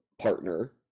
partner